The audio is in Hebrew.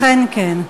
אכן כן.